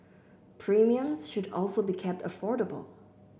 premiums should also be kept affordable